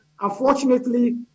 Unfortunately